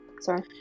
Sorry